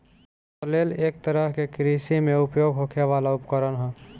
flail एक तरह के कृषि में उपयोग होखे वाला उपकरण ह